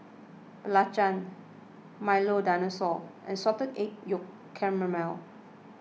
Belacan Milo Dinosaur and Salted Egg Yolk Calamari